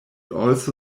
also